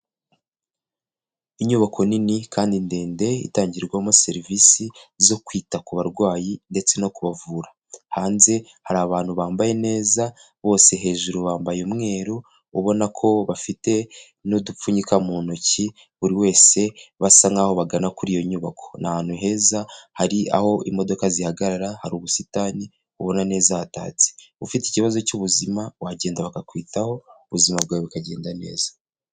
Inyubako nini kandi ndende itangirwamo serivisi zo kwita ku barwayi ndetse no kubavura. Hanze hari abantu bambaye neza, bose hejuru bambaye umweru ubona ko bafite n'udupfunyika mu ntoki, buri wese basa nk'aho bagana kuri iyo nyubako, ni ahantu heza hari aho imodoka zihagarara, hari ubusitani ubona neza hatatse, ufite ikibazo cy'ubuzima wagenda bakakwitaho ubuzima bwawe bukagenda neza.